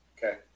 Okay